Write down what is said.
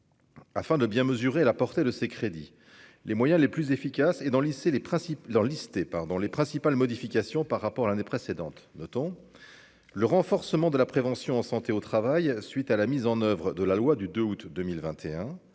Afin de bien mesurer la portée de ces crédits, les moyens les plus efficaces et, dans le lycée, les principes dans listés par dans les principales modifications par rapport à l'année précédente, notons le renforcement de la prévention en santé au travail suite à la mise en oeuvre de la loi du 2 août 2021,